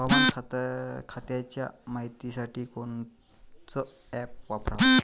हवामान खात्याच्या मायतीसाठी कोनचं ॲप वापराव?